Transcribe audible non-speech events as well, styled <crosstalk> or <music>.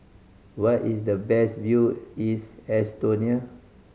where is the best view <unintelligible> Estonia